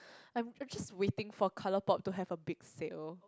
I'm I'm just waiting for color pop to have a big sale